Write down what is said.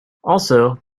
also